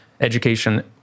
education